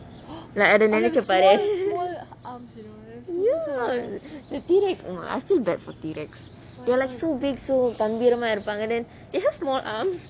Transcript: like நினைச்சி பாரேன்: ninaichi paaraen ya the T Rex I feel bad for T Rex they're so big so கம்பிரம இருப்பாங்க:gambiramaa irupanga it has small arms